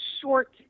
short